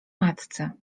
matce